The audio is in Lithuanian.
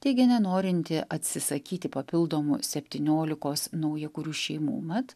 teigė nenorinti atsisakyti papildomų septyniolikos naujakurių šeimų mat